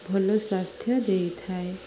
ଭଲ ସ୍ୱାସ୍ଥ୍ୟ ଦେଇଥାଏ